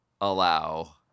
allow